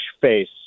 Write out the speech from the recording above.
face